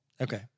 Okay